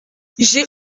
j’ai